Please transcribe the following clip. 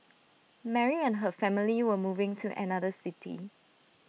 Mary and her family were moving to another city